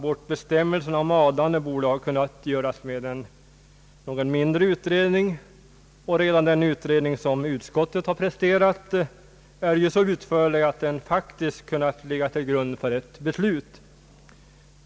Bestämmelserna om adlande kunde ha tagits bort med en något mindre utredning, och redan den utredning som utskottet har presterat är ju så utförlig att den faktiskt hade kunnat ligga till grund för ett beslut.